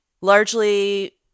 largely